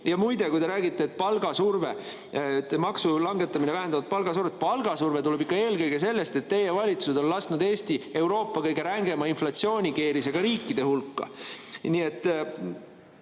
Ja muide, kui te räägite, et maksu langetamine vähendab palgasurvet – palgasurve tuleb ikka eelkõige sellest, et teie valitsused on lasknud Eesti Euroopa kõige rängema inflatsioonikeerisega riikide hulka. Nii et